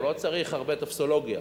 הוא לא צריך הרבה טופסולוגיה,